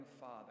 father